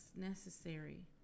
necessary